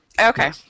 Okay